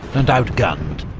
and outgunned.